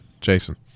Jason